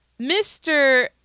Mr